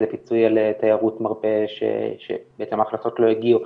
זה פיצוי על תיירות מרפא שלא הגיעו,